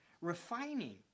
refining